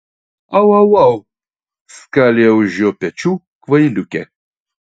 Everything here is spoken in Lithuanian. au au au skalija už jo pečių kvailiukė